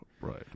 Right